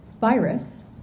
virus